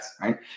right